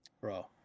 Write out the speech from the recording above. bro